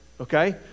okay